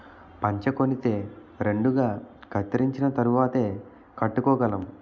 పంచకొనితే రెండుగా కత్తిరించిన తరువాతేయ్ కట్టుకోగలం